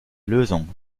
lösung